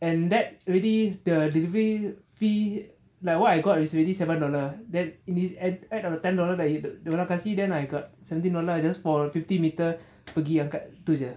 and that really the delivery fee like what I got is already seven dollar then this add add of a ten dollar dia orang kasih then I got seventeen dollars I guess just for fifty meter pergi angkat itu jer